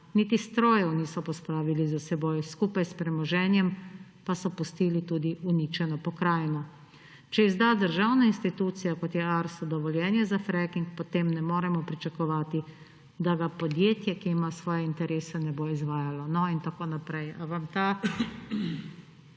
Niti strojev niso pospravili za seboj, skupaj s premoženjem pa so pustili tudi uničeno pokrajino. Če izda državna institucija, kot je Arso, dovoljenje za fracking, potem ne moremo pričakovati, da ga podjetje, ki ima svoje interese, ne bo izvajalo …« In tako naprej. Ali to